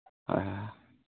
ꯍꯣꯏ ꯍꯣꯏ